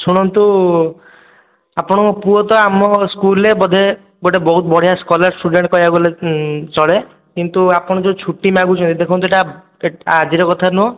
ଶୁଣନ୍ତୁ ଆପଣଙ୍କ ପୁଅ ଆମ ସ୍କୁଲରେ ବୋଧେ ବହୁତ ବଢ଼ିଆ ସ୍କଲାର୍ ଷ୍ଟୁଡ଼େଣ୍ଟ କହିବାକୁ ଗଲେ ଚଳେ କିନ୍ତୁ ଆପଣ ଯେଉଁ ଛୁଟି ମାଗୁଛନ୍ତି ଦେଖନ୍ତୁ ଏଇଟା ଆଜିର କଥା ନୁହଁ